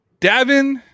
Davin